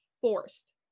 forced